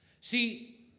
See